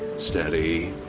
steady,